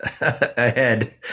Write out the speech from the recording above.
ahead